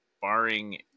barring